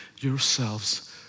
yourselves